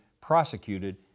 prosecuted